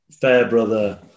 Fairbrother